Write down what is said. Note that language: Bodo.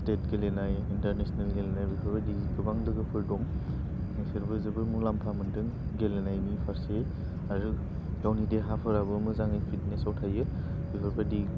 स्टेट गेलेनाय इन्टारनेशनेल गेलेनाय बेफोरबायदि गोबां लोगोफोर दं बिसोरबो जोबोर मुलाम्फा मोन्दों गेलेनायनि फारसे आरो गावनि देहाफोराबो मोजाङै फिटनेसआव थायो बेफोरबायदि